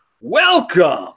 welcome